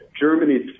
Germany